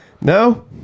No